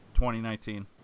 2019